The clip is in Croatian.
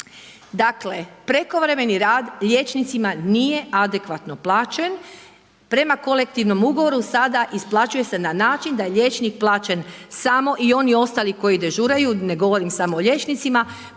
Dakle, prekovremeni rad liječnicima nije adekvatno plaćen. Prema Kolektivnom ugovoru sada isplaćuje se na način da je liječnik plaćen samo i oni ostali koji dežuraju, ne govorim samo o liječnicima,